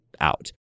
out